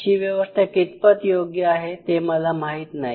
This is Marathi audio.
अशी व्यवस्था कितपत योग्य आहे ते मला माहीत नाही